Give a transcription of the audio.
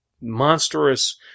monstrous